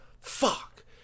Fuck